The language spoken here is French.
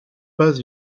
pas